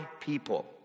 people